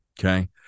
Okay